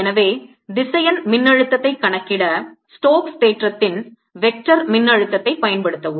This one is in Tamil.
எனவே திசையன் மின்னழுத்தத்தைக் கணக்கிட ஸ்டோக்ஸ் தேற்றத்தின் வெக்டார் மின்னழுத்தத்தைப் பயன்படுத்தவும்